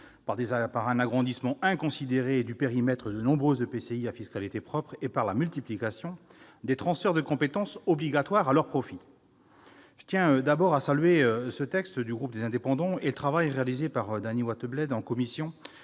par un agrandissement inconsidéré du périmètre de nombreux EPCI à fiscalité propre et par la multiplication des transferts de compétences obligatoires à leur profit. Je tiens d'abord à saluer ce texte du groupe Les Indépendants-République et Territoires et le travail réalisé par Dany Wattebled en commission,